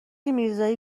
میرزایی